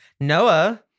Noah